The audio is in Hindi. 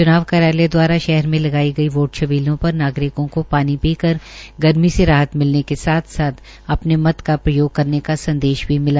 चुनाव कार्यालय द्वारा शहर में लगाई गई वोट छबीलों पर नागरिकों को पानी पी कर गर्मी से राहत मिलने के साथ साथ अपने मत का प्रयोग करने का संदेश भी मिला